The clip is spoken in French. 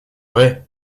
vrai